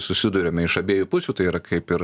susiduriame iš abiejų pusių tai yra kaip ir